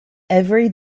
every